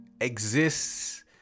exists